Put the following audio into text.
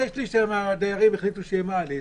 שני-שליש מהדיירים החליטו שתהיה מעלית,